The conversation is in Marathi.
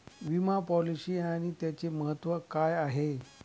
विमा पॉलिसी आणि त्याचे महत्व काय आहे?